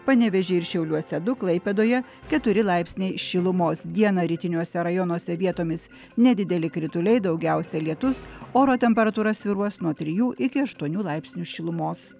panevėžy ir šiauliuose du klaipėdoje keturi laipsniai šilumos dieną rytiniuose rajonuose vietomis nedideli krituliai daugiausia lietus oro temperatūra svyruos nuo trijų iki aštuonių laipsnių šilumos